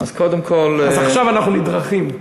אז עכשיו אנחנו נדרכים.